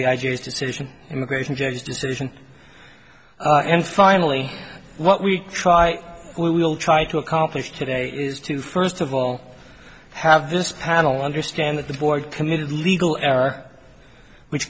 j s decision immigration judges decision and finally what we try we will try to accomplish today is to first of all have this panel understand that the board committed legal error which